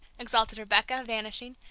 exulted rebecca, vanishing,